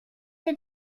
les